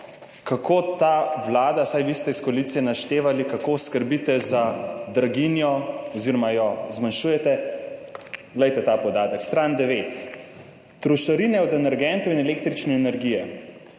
kako ta vlada – vsaj vi iz koalicije ste naštevali, kako skrbite za draginjo oziroma jo zmanjšujete – glejte ta podatek. Stran 9, trošarine od energentov in električne energije,